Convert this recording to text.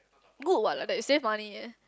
good what like that you save money eh